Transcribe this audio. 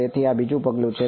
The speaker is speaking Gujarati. તેથી આ બીજું પગલું છે